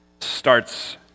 starts